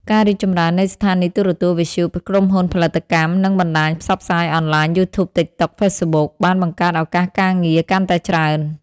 ការរីកចម្រើននៃស្ថានីយទូរទស្សន៍ វិទ្យុ ក្រុមហ៊ុនផលិតកម្ម និងបណ្ដាញផ្សព្វផ្សាយអនឡាញ យូធូប តិកតុក ហ្វេសបុក បានបង្កើតឱកាសការងារកាន់តែច្រើន។